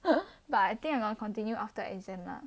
but I think I will continue after exam lah